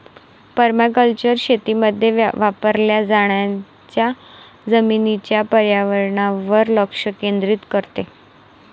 permaculture शेतीमध्ये वापरल्या जाणाऱ्या जमिनीच्या पर्यावरणावर लक्ष केंद्रित करते